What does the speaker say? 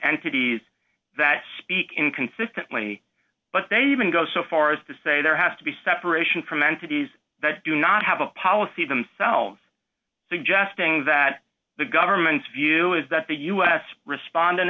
entities that speak inconsistently but they even go so far as to say there has to be separation from entities that do not have a policy themselves suggesting that the government's view is that the u s respond in